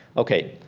okay.